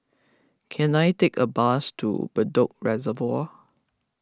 can I take a bus to Bedok Reservoir